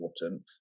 important